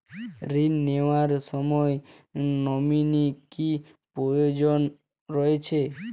ঋণ নেওয়ার সময় নমিনি কি প্রয়োজন রয়েছে?